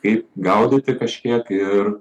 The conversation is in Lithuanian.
kaip gaudyti kažkiek ir